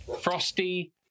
Frosty